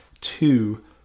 Two